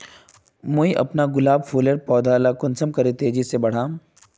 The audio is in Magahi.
मुई अपना गुलाब फूलेर पौधा ला कुंसम करे तेजी से बढ़ाम?